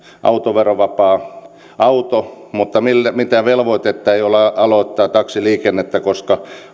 autoverovapaa auto mutta mitään velvoitetta ei ole aloittaa taksiliikennettä koska